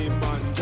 man